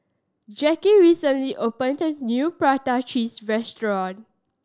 Jacky recently opened new prata cheese restaurant